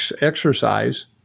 exercise